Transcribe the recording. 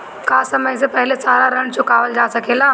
का समय से पहले सारा ऋण चुकावल जा सकेला?